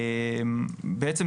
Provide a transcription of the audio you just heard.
בעצם,